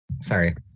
Sorry